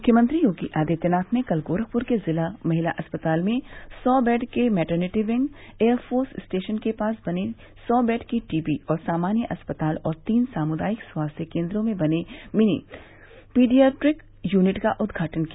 मुख्यमंत्री योगी आदित्यनाथ ने कल गोरखपर के जिला महिला अस्पताल में सौ बेड के मैटरनिटी विंग एयरफोर्स स्टेशन के पास बने र्सो बेड की टीबी व सामान्य अस्पताल और तीन सामुदायिक स्वास्थ्य केन्द्रों में बने मिनी पीडियाट्रिक यूनिट का उद्घाटन किया